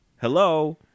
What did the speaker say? hello